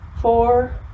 four